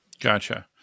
Gotcha